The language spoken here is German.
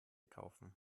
kaufen